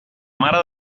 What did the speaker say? mare